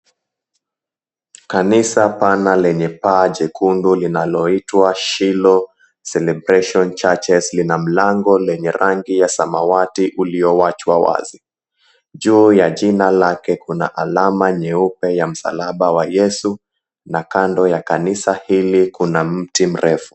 Kanisa pana lenye paa jekundu linaloitwa, Shilo Celebration Churches lina mlango wenye rangi ya samawati ulioachwa wazi. Juu ya jina lake kuna alama nyeupe ya msalaba wa Yesu, na kando ya kanisa hili kuna mti mrefu.